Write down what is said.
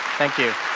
thank you